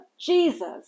Jesus